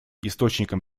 источником